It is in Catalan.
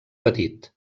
petit